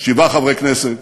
שבעה חברי כנסת,